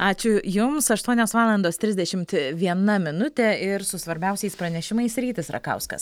ačiū jums aštuonios valandos trisdešimt viena minutė ir su svarbiausiais pranešimais rytis rakauskas